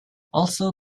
also